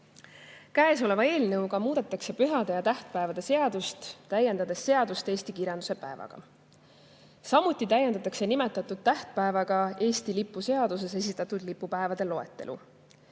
arendama. Käesoleva eelnõuga muudetakse pühade ja tähtpäevade seadust, täiendades seadust eesti kirjanduse päevaga. Samuti täiendatakse nimetatud tähtpäevaga Eesti lipu seaduses esitatud lipupäevade loetelu.